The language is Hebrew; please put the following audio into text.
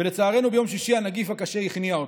ולצערנו ביום שישי הנגיף הקשה הכניע אותו.